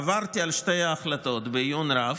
עברתי על שתי ההחלטות בעיון רב,